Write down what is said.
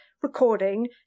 recording